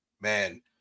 man